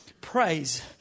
Praise